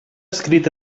escrit